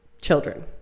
children